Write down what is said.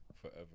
forever